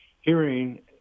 hearing